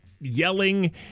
yelling